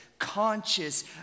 conscious